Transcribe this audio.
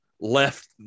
left